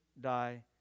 die